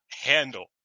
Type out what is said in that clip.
handle